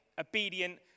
obedient